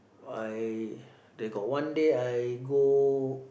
I there got one day I go